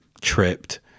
tripped